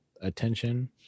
attention